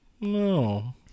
No